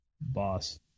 boss